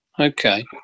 Okay